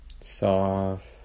soft